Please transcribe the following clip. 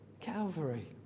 Calvary